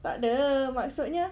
tak ada maksudnya